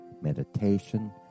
meditation